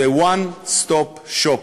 One Stop Shop.